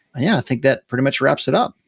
yeah, i think that pretty much wraps it up.